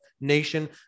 nation